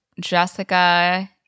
Jessica